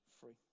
free